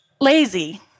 Lazy